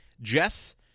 Jess